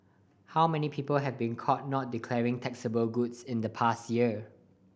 how many people have been caught not declaring taxable goods in the past year